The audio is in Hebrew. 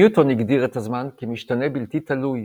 ניוטון הגדיר את הזמן כמשתנה בלתי תלוי,